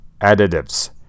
Additives